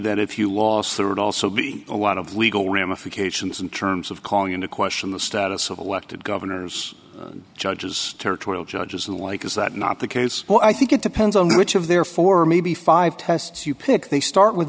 that if you lawsuit also be a lot of legal ramifications in terms of calling into question the status of elected governors judges territorial judges the like is that not the case i think it depends on which of their four maybe five tests you pick they start with